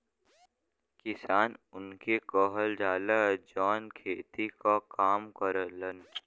किसान उनके कहल जाला, जौन खेती क काम करलन